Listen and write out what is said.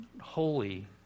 holy